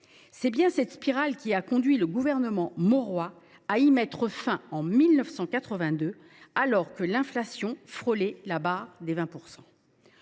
C’est bien cette spirale qui a conduit le gouvernement Mauroy à y mettre fin en 1982, alors que l’inflation frôlait la barre des 20 %.